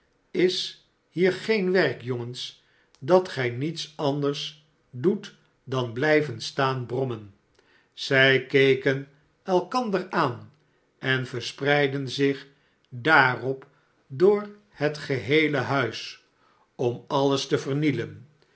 is hier geen werk v jongens dat gij niets anders doet dan bhjven staan brommen zij keken elkander aan en verspreidden zich daarop door het geheele huis om alles te vernielen